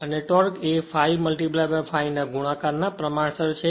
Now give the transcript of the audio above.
અને ટોર્ક એ ∅∅ ના ગુણાકાર ના પ્રમાણસર છે